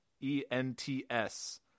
e-n-t-s